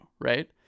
right